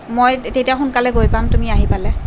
মই তেতিয়া সোনকালে গৈ পাম তুমি আহি পালে